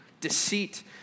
Deceit